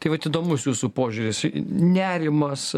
tai vat įdomus jūsų požiūris nerimas